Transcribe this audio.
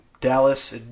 Dallas